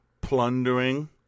plundering